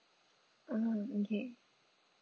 oh okay